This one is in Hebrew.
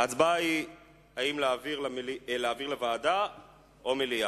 ההצבעה היא אם להעביר לוועדה או למליאה.